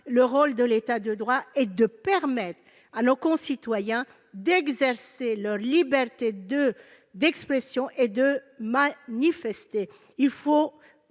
Le rôle de l'État de droit est de permettre à nos concitoyens d'exercer leur liberté d'expression et de manifester. Les